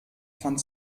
fand